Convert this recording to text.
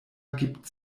gibt